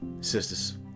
Sisters